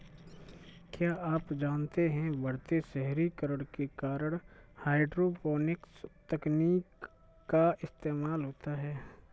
क्या आप जानते है बढ़ते शहरीकरण के कारण हाइड्रोपोनिक्स तकनीक का इस्तेमाल होता है?